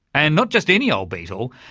and not just any old beetle,